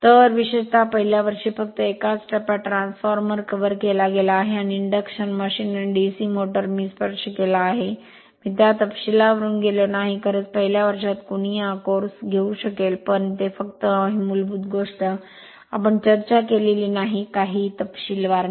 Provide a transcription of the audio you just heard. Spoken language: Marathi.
तर विशेषत पहिल्या वर्षी फक्त एकाच टप्प्यात ट्रान्सफॉर्मर कव्हर केला गेला आहे आणि इंडक्शन मशीन आणि DC मोटार मी स्पर्श केला आहे मी त्या तपशीलांवरुन गेलो नाही खरंच पहिल्या वर्षात कोणीही हा कोर्स घेऊ शकेल पण ते फक्त आहे मूलभूत गोष्ट आम्ही चर्चा केलेली नाही काहीही तपशीलवार नाही